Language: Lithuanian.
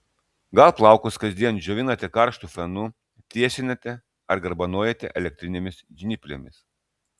gal plaukus kasdien džiovinate karštu fenu tiesinate ar garbanojate elektrinėmis žnyplėmis